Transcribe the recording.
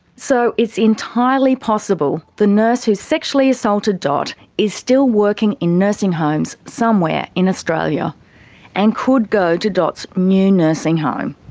so it's entirely possible the nurse who sexually assaulted dot is still working in nursing homes somewhere in australia and could go to dot's new nursing home.